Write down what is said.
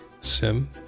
Sim